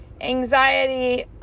anxiety